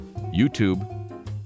YouTube